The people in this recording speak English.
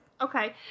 Okay